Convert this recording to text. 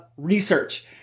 research